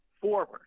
forward